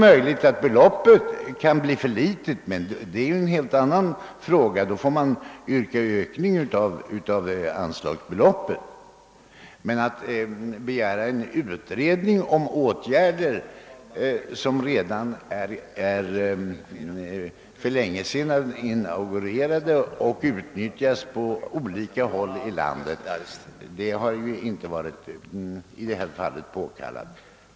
Anslagsbeloppet är kanske för litet, men det är i så fall en helt annan fråga; och man får då motionera om en ökning av detta. Men en utredning om åtgärder som redan är inaugurerade och utnyttjas på olika håll i landet är naturligtvis inte påkallad.